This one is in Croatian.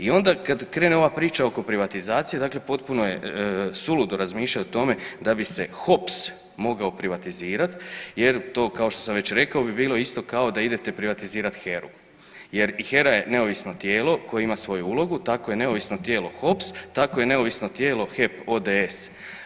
I onda kad krene ova priča oko privatizacije, dakle potpuno je suludo razmišljat o tome da bi se HOPS mogao privatizirat jer to kao što sam već rekao bi bilo isto kao da idete privatizirat HERA-u jer i HERA je neovisno tijelo koje ima svoju ulogu, tako je neovisno tijelo HOPS, tako je neovisno tijelo HEP ODS.